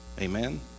Amen